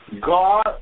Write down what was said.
God